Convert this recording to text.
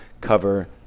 cover